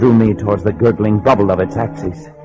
drew me towards the goodling bubble of its axis